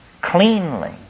cleanly